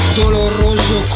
doloroso